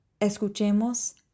escuchemos